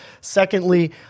Secondly